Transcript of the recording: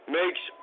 makes